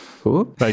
Cool